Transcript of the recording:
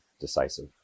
decisive